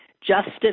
Justice